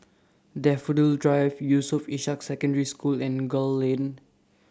Daffodil Drive Yusof Ishak Secondary School and Gul Lane